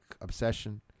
obsession